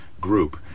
group